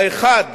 האחד